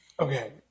Okay